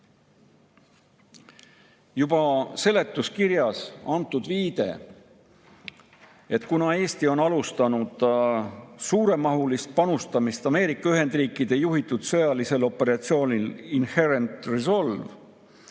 pakutud. Seletuskirjas on antud viide, et kuna Eesti on alustanud suuremahulist panustamist Ameerika Ühendriikide juhitaval sõjalisel operatsioonil Inherent Resolve,